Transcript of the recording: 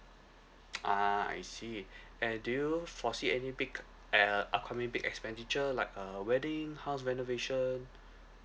ah I see and do you foresee any big eh uh upcoming big expenditure like a wedding house renovation